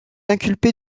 inculpé